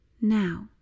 now